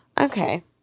okay